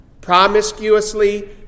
Promiscuously